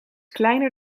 kleiner